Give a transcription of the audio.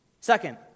Second